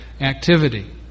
activity